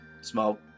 small